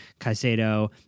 Caicedo